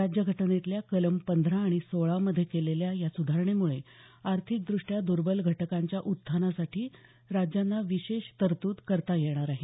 राज्यघटनेतल्या कलम पंधरा आणि सोळामध्ये केलेल्या या सुधारणेमुळे आर्थिकदृष्ट्या दर्बल घटकांच्या उत्थानासाठी राज्यांना विशेष तरतूद करता येणार आहे